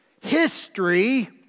history